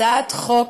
הצעת חוק